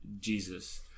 Jesus